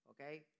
Okay